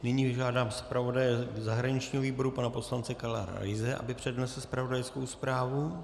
Nyní žádám zpravodaje zahraničního výboru pana poslance Karla Raise, aby přednesl zpravodajskou zprávu.